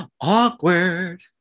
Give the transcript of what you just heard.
awkward